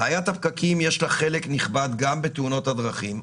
לבעיית הפקקים יש חלק נכבד גם בתאונות הדרכים.